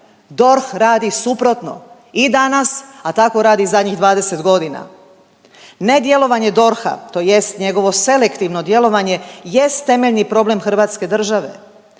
DORH radi suprotno i danas, a tako radi i zadnjih 20 godina. Nedjelovanje DORH-a tj. njegovo selektivno djelovanje jest temeljni problem hrvatske države.